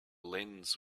lens